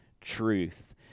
truth